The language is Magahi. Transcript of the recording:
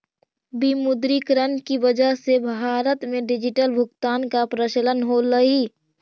विमुद्रीकरण की वजह से भारत में डिजिटल भुगतान का प्रचलन होलई